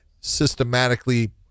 systematically